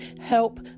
help